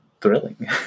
thrilling